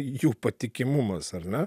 jų patikimumas ar ne